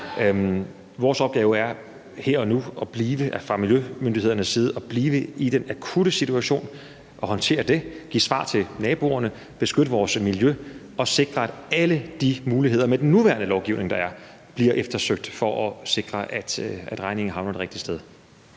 Vores opgave er her og nu fra miljømyndighedernes side at blive i den akutte situation og håndtere den, give svar til naboerne, beskytte vores miljø og sikre, at alle de muligheder, der er med den nuværende lovgivning, bliver undersøgt – for at sikre, at regningen havner det rigtige sted.